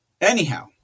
Anyhow